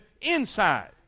inside